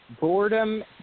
Boredom